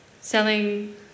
selling